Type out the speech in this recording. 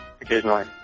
Occasionally